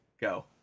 go